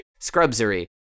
scrubsery